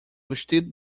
vestido